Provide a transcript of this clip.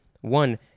One